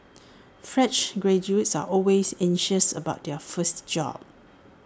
fresh graduates are always anxious about their first job